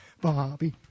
bobby